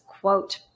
quote